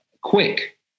quick